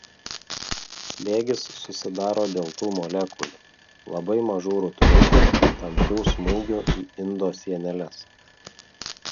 slėgis susidaro dėl tų molekulių labai mažų rutuliukų tamprių smūgių į indo sieneles